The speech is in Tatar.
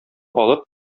алып